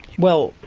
well,